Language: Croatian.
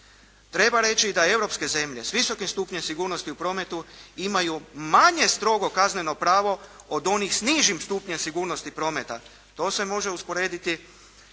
Treba reći da europske zemlje s visokom stupnjem sigurnosti u prometu imaju manje strogo kazneno pravo od onih s nižim stupnjem sigurnosti prometa. To se može usporediti